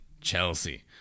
Chelsea